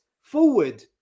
forward